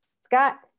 Scott